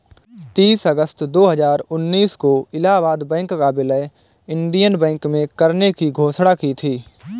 तीस अगस्त दो हजार उन्नीस को इलाहबाद बैंक का विलय इंडियन बैंक में करने की घोषणा की थी